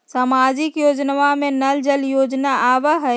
सामाजिक योजना में नल जल योजना आवहई?